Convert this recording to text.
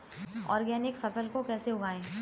Organic फसल को कैसे उगाएँ?